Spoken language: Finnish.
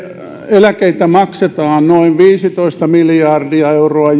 eläkkeitä maksetaan noin viisitoista miljardia euroa